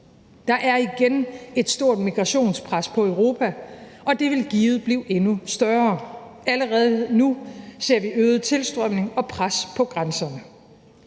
Der er igen et stort migrationspres på Europa, og det vil givet blive endnu større. Allerede nu ser vi øget tilstrømning og pres på grænserne.